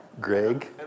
Greg